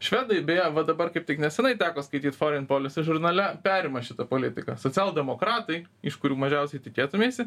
švedai beje va dabar kaip tik nesenai teko skaityt forin poilsy žurnale perima šitą politiką socialdemokratai iš kurių mažiausiai tikėtumeisi